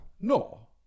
No